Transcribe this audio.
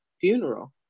funeral